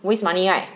waste money right